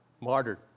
martyred